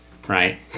right